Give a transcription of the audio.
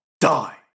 die